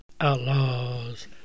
Outlaws